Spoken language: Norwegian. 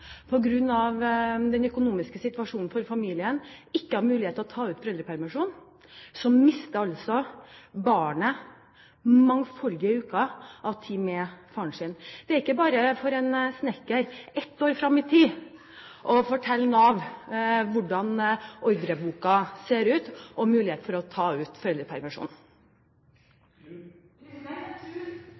den økonomiske situasjonen for familien ikke har mulighet til å ta ut foreldrepermisjon, mister mangfoldige uker med faren sin? Det er ikke bare for en snekker å fortelle Nav hvordan ordreboken ser ut ett år fram i tid – og dermed mulighet for å ta ut